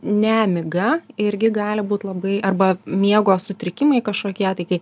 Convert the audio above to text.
nemiga irgi gali būt labai arba miego sutrikimai kažkokie tai kai